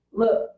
look